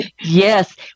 Yes